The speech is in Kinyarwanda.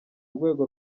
rwego